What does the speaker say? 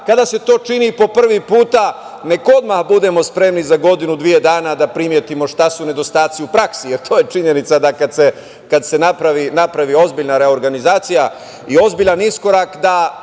kada se to čini po prvi put, nek odmah budemo spremni za godinu ili dve da primetimo šta su nedostaci u praksi. Jer, to je činjenica, da kad se napravi ozbiljna reorganizacija i ozbiljan iskorak, da